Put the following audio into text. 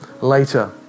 later